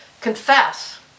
confess